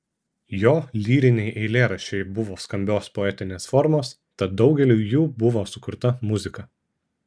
jo lyriniai eilėraščiai buvo skambios poetinės formos tad daugeliui jų buvo sukurta muzika